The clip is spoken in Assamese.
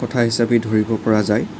কথা হিচাপেই ধৰিব পৰা যায়